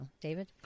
David